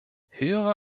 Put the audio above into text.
höhere